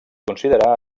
considerar